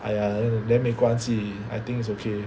!aiya! then 没关系 I think it's okay